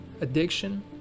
addiction